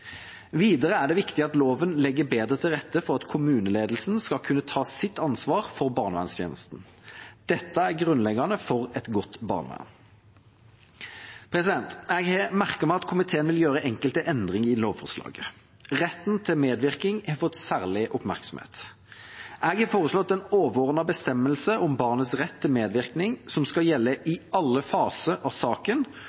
Videre er det viktig at loven legger bedre til rette for at kommuneledelsen skal kunne ta sitt ansvar for barnevernstjenesten. Dette er grunnleggende for et godt barnevern. Jeg har merket meg at komiteen vil gjøre enkelte endringer i lovforslaget. Retten til medvirkning har fått særlig oppmerksomhet. Jeg har foreslått en overordnet bestemmelse om barnets rett til medvirkning, som skal gjelde i